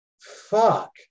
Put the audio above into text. fuck